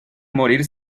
morir